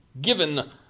given